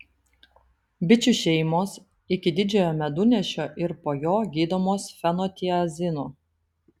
bičių šeimos iki didžiojo medunešio ir po jo gydomos fenotiazinu